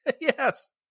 Yes